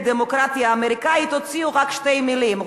הדמוקרטיה האמריקנית" הוציאו רק שתי מלים,